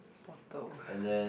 bottle